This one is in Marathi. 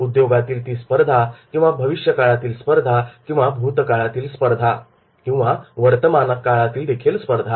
उद्योगातील ती स्पर्धा किंवा भविष्यकाळातील स्पर्धा किंवा भूतकाळातील स्पर्धा किंवा वर्तमानातील स्पर्धा